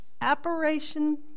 apparition